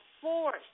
force